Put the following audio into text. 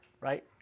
right